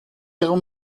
ihrer